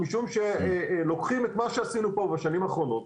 משום שלוקחים את מה שעשינו פה בשנים האחרונות,